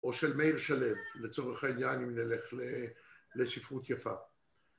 או של מאיר שלו לצורך העניין אם נלך לשפרות יפה.